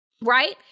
right